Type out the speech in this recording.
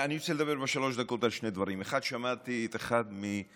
אני רוצה לדבר בשלוש דקות על שני דברים: 1. שמעתי את אחד מחבריי